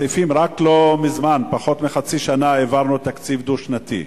רק לא מזמן, פחות מחצי שנה, העברנו תקציב דו-שנתי.